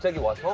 you um